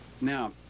now